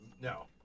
No